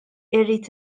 irrid